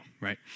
right